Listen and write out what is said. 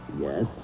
Yes